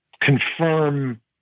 confirm